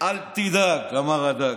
אל תדאג, אמר הדג.